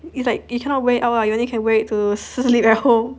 it's like you cannot wear out ah you only can wear it to sleep at home